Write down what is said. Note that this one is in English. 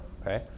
okay